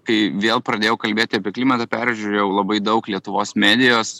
kai vėl pradėjau kalbėti apie klimatą peržiūrėjau labai daug lietuvos medijos